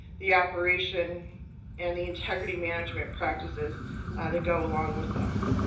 the operation and the integrity management practices that go along with them.